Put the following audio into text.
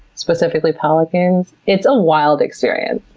specifically pelicans, it's a wild experience.